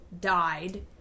died